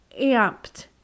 amped